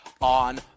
on